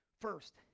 First